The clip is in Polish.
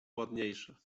ładniejsze